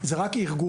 זה רק ארגון.